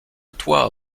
toi